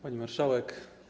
Pani Marszałek!